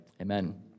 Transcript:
amen